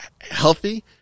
healthy